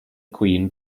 queen